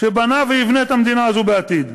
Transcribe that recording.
שבנה ויבנה את המדינה הזאת בעתיד.